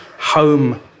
home